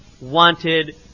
wanted